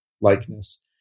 likeness